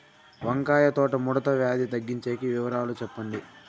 వంకాయ తోట ముడత వ్యాధి తగ్గించేకి వివరాలు చెప్పండి?